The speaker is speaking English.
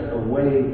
away